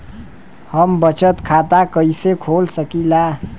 हम बचत खाता कईसे खोल सकिला?